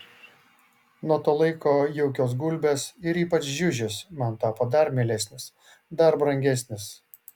nuo to laiko jaukios gulbės ir ypač žiužis man tapo dar mielesnis dar brangesnis